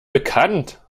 bekannt